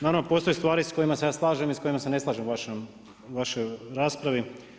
Naravno, postoje stvari s kojima sa ja slažem i sko jim ase ne slažem u vašoj raspravi.